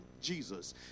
Jesus